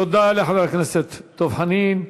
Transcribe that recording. תודה לחבר הכנסת דב חנין.